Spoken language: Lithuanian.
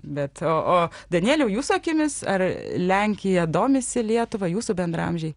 bet o o danieliau jūsų akimis ar lenkija domisi lietuva jūsų bendraamžiai